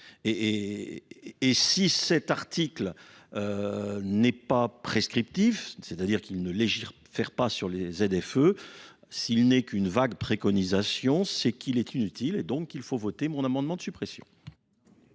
et si cet article n'est pas prescriptif c'est à dire qu'il ne légifère pas sur les F E s'il n'est qu'une vague préconisation, c'est qu'il est inutile et donc qu'il faut voter mon amendement de suppression.